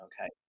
okay